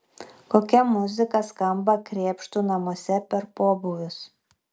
kokia muzika skamba krėpštų namuose per pobūvius